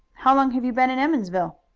how long have you been in emmonsville?